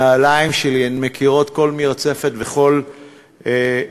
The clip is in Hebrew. הנעליים שלי, הן מכירות כל מרצפת וכל פינה,